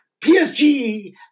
PSG